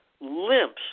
limps